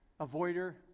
avoider